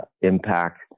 impact